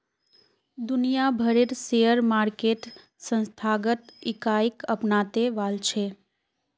दुनिया भरेर share market संस्थागत इकाईक अपनाते वॉल्छे